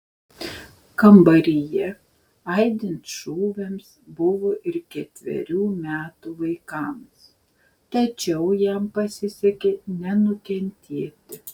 kambaryje aidint šūviams buvo ir ketverių metų vaikams tačiau jam pasisekė nenukentėti